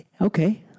Okay